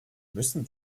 müssen